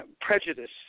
prejudice